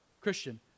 Christian